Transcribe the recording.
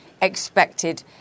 Expected